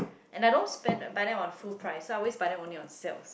and I don't spend buy them on full price so I always buy them on sale